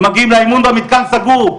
ומגיעים לאימון והמתקן סגור,